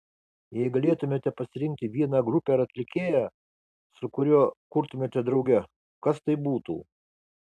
jei galėtumėte pasirinkti vieną grupę ar atlikėją su kuriuo kurtumėte drauge kas tai būtų